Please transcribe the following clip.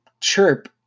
chirp